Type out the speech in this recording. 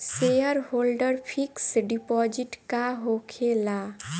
Shareholder fix deposit का होखे ला?